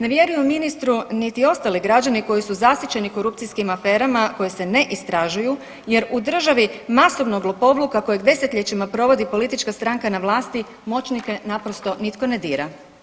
Ne vjeruju ministru ni ostali građani koji su zasićeni korupcijskim aferama koje se ne istražuju jer u državi masovnog lopovluka kojeg 10-ljećima provodi politička stranka na vlasti moćnike naprosto nitko ne dira.